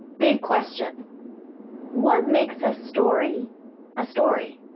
big question what makes a story a story?